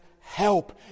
help